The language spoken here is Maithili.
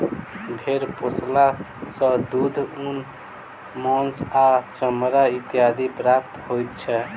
भेंड़ पोसला सॅ दूध, ऊन, मौंस आ चमड़ा इत्यादि प्राप्त होइत छै